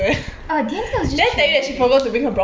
eh D&T was just